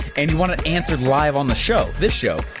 and you want it answered live on the show, this show,